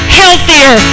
healthier